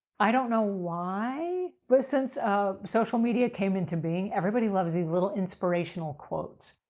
i don't know why, but since um social media came into being, everybody loves these little inspirational quotes.